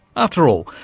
after all,